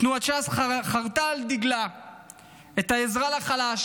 תנועת ש"ס חרתה על דגלה את העזרה לחלש